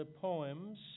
poems